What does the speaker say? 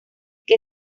que